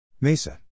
MESA